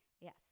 Yes